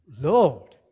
Lord